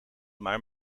maar